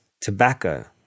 tobacco